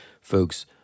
folks